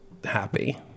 happy